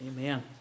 Amen